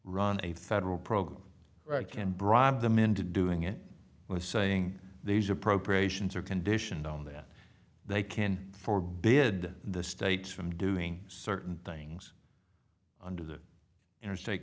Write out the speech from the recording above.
run a federal program can bribe them into doing it with saying these appropriations are conditioned on that they can for bid the states from doing certain things under the interstate